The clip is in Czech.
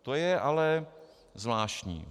To je ale zvláštní.